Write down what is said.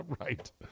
right